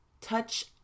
Touch